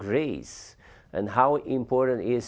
grace and how important is